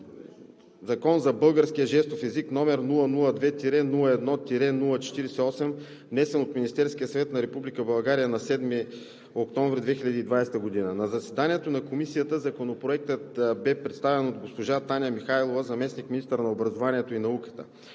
за българския жестов език, № 002-01-48, внесен от Министерския съвет на Република България на 7 октомври 2020 г. На заседанието на Комисията Законопроектът бе представен от госпожа Таня Михайлова – заместник-министър на образованието и науката.